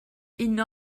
uno